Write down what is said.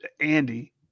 Andy